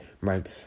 right